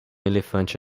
elefante